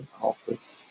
office